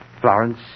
Florence